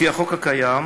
לפי החוק הקיים,